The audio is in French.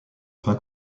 fin